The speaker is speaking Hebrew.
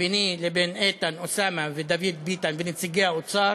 ביני ואיתן, אוסאמה ודוד ביטן לנציגי האוצר